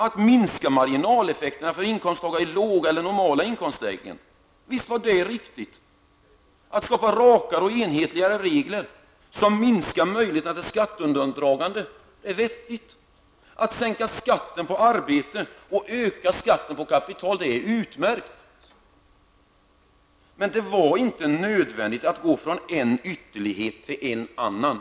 Att minska marginaleffekterna för inkomsttagare i låga eller normala inkomstlägen var förvisso riktigt. Att skapa rakare och enhetligare regler som bidrar till att minska möjligheterna till skatteundandragande är vettigt. Att sänka skatten på arbete och öka skatten på kapital är utmärkt. Det var emellertid inte nödvändigt att gå från en ytterlighet till en annan.